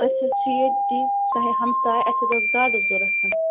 أسۍ حَظ چھِ ییٚتی تۄہہِ ہمساے اسہِ حَظ آسہِ گاڈٕ ضوٚرتھ